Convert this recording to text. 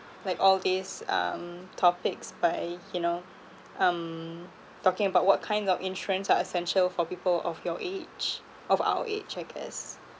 like all these um topics by you know um talking about what kind of insurance are essential for people of your age of our age I guess